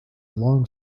long